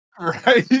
Right